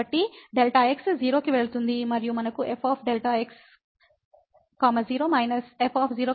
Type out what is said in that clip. కాబట్టి Δx 0 కి వెళుతుంది మరియు మనకు f Δx 0−f 0 0Δx ఉంటుంది